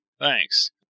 Thanks